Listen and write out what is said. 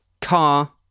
car